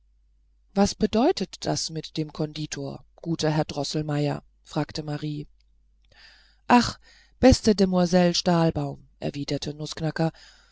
was bedeutet das mit dem konditor guter herr droßelmeier fragte marie ach beste demoiselle stahlbaum erwiderte nußknacker